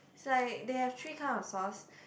is like they have three kind of sauce